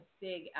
big